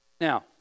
Now